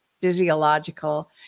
physiological